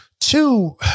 Two